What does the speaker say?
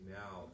now